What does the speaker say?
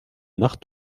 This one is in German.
nach